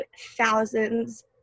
thousands